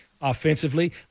offensively